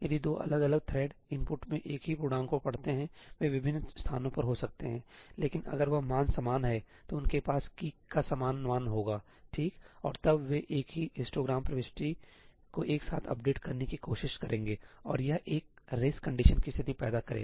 यदि दो अलग अलग थ्रेड इनपुट में एक ही पूर्णांक को पढ़ते हैं वे विभिन्न स्थानों पर हो सकते हैंलेकिन अगर वह मान समान है तो उनके पास की का समान मान होगा ठीक और तब वे एक ही हिस्टोग्राम प्रविष्टि को एक साथ अपडेट करने की कोशिश करेंगे और यह एक रेस कंडीशन की स्थिति पैदा करेगा